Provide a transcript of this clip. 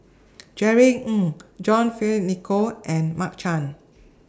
Jerry Ng John Fearns Nicoll and Mark Chan